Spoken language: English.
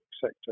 sector